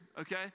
okay